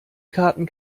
karten